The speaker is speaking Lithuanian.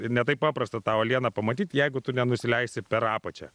ne taip paprasta tą uolieną pamatyt jeigu tu nenusileisi per apačią